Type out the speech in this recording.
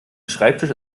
schreibtisch